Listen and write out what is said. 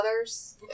others